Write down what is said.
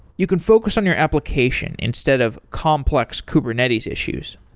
you can focus on your application instead of complex kubernetes issues.